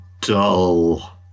dull